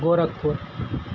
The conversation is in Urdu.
گورکھپور